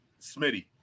Smitty